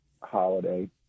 holiday